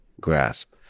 grasp